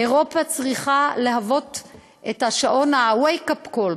אירופה צריכה להיות שעון ה-wake up call,